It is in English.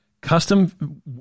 Custom